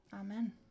Amen